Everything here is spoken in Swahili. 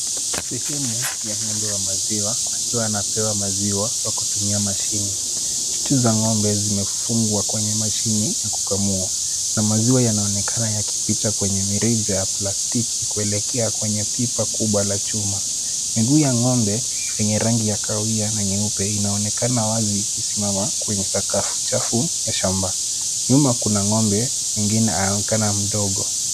Sehemu ya ng'ombe wa maziwa akiwa anapewa maziwa kwa kutumia mashine. Chuchu za ngombe zimefungwa kwenye mashine ili kukamua na maziwa yanaonekana yakipita kwenye mirija ya plastiki kuelekea kwenye pipa kubwa la chuma. Miguu ya ng'ombe yenye rangi ya kahawia na nyeupe inaonekana wazi ikisimama kwenye sakafu chafu ya shamba. Nyuma kuna ng'ombe mwingine anaonekana mdogo.